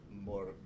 more